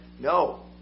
No